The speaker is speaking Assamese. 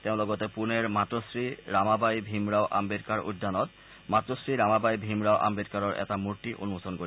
তেওঁ লগতে পুনেৰ মাটোশ্ৰী ৰামাবাঈ ভীমৰাও আম্বেদকাৰ উদ্যানত মাটোশ্ৰী ৰামাবাঈ ভীমৰাও আম্বেদকাৰৰ এটা মূৰ্তি উন্মোচন কৰিব